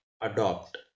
adopt